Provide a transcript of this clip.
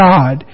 God